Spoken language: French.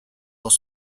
dans